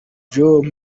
joe